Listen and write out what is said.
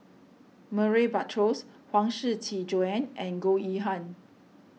Murray Buttrose Huang Shiqi Joan and Goh Yihan